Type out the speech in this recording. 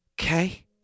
Okay